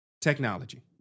technology